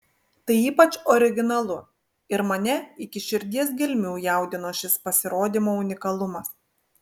tai ypač originalu ir mane iki širdies gelmių jaudino šis pasirodymo unikalumas